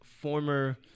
former